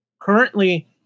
Currently